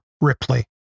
Ripley